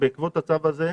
בעקבות הצו הזה,